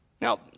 Now